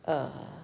err